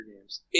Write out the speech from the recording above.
Games